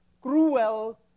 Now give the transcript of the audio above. cruel